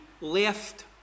left